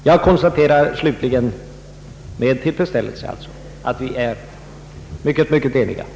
Jag konstaterar slutligen med tillfredsställelse att vi förefaller mycket ense i denna fråga.